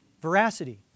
Veracity